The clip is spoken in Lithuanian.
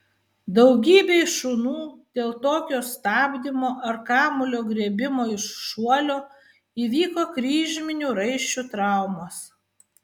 daugybei šunų dėl tokio stabdymo ar kamuolio griebimo iš šuolio įvyko kryžminių raiščių traumos